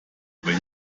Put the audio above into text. wenn